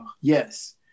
yes